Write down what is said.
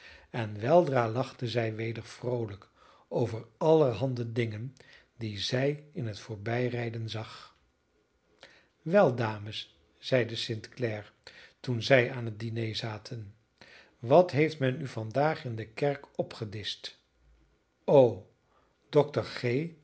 en weldra lachte zij weder vroolijk over allerhande dingen die zij in het voorbijrijden zag wel dames zeide st clare toen zij aan het diner zaten wat heeft men u vandaag in de kerk opgedischt o